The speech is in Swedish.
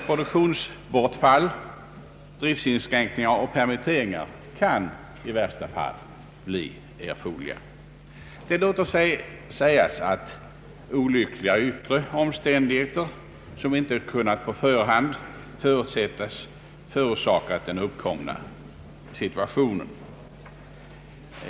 Produktionsbortfall, driftsinskränkningar och permitteringar kan i värsta fall bli erforderliga. Olyckliga yttre omständigheter som inte kunnat förutsättas har förorsakat den uppkomna situationen.